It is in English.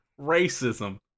Racism